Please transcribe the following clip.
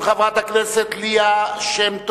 של חברת הכנסת ליה שמטוב,